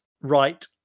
right